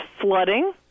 flooding